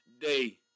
day